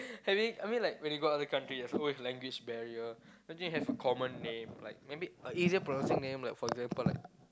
having I mean like when you go other country oh you have language barrier then you have a common name like maybe an easier pronouncing name like for example like